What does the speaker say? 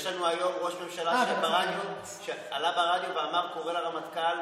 יש לנו היום ראש ממשלה שעלה לרדיו ואמר שהוא קורא לרמטכ"ל,